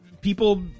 people